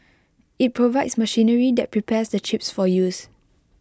IT provides machinery that prepares the chips for use